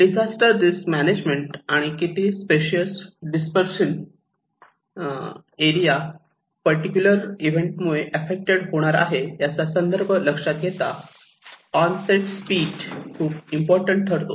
disaster risk management आणि किती spatial dispersion area particular event मुळे एफ्फेक्टड होणार आहे याचा संदर्भ लक्षात घेता ऑन सेट स्पीड खूप इम्पॉर्टंट ठरतो